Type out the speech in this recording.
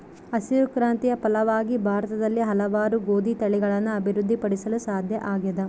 ಹಸಿರು ಕ್ರಾಂತಿಯ ಫಲವಾಗಿ ಭಾರತದಲ್ಲಿ ಹಲವಾರು ಗೋದಿ ತಳಿಗಳನ್ನು ಅಭಿವೃದ್ಧಿ ಪಡಿಸಲು ಸಾಧ್ಯ ಆಗ್ಯದ